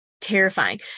terrifying